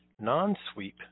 non-sweep